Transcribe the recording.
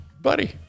Buddy